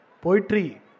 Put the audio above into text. poetry